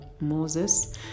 moses